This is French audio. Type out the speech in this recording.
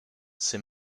s’est